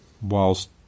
whilst